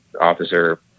officer